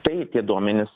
tai tie duomenys